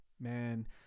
man